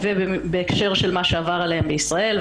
ובהקשר של מה שעבר עליהן בישראל,